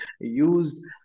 use